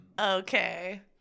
Okay